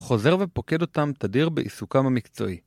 ‫חוזר ופוקד אותם תדיר בעיסוקם המקצועי.